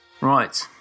Right